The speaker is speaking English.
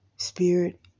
spirit